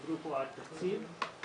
דיברו פה על תקציב מהמדינה,